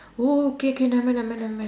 oh K K nevermind nevermind nevermind